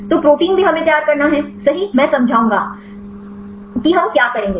तो प्रोटीन भी हमें तैयार करना है सही मैं समझाऊंगा कि हम क्या करेंगे